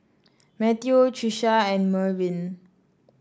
Matteo Trisha and Mervin